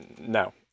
no